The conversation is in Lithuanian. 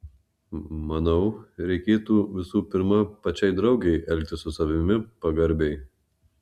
manau reikėtų visų pirma pačiai draugei elgtis su savimi pagarbiai